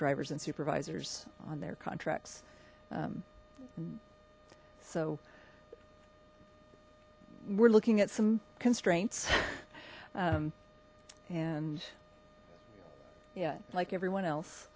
drivers and supervisors on their contracts so we're looking at some constraints and yeah like everyone